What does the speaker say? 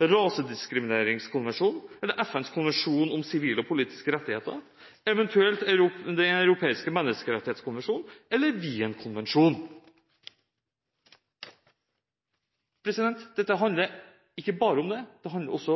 Rasediskrimineringskonvensjonen, FNs konvensjon om sivile og politiske rettigheter, Den europeiske menneskerettskonvensjon og Wien-konvensjonen. Dette handler ikke bare om det. Det handler også